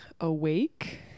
awake